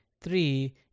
three